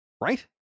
Right